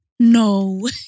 No